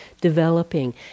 developing